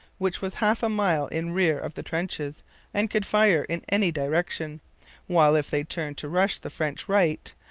which was half a mile in rear of the trenches and could fire in any direction while if they turned to rush the french right,